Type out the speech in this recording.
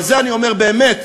על זה אני אומר: באמת,